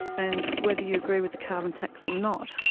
and whether you agree with the carbon tax or not,